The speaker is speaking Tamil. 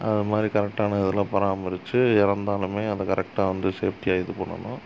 அது மாதிரி கரெக்டான இதில் பராமரித்து இறந்தாலுமே அதை கரெக்டாக வந்து ஸேஃப்டியாக இது பண்ணணும்